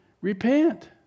repent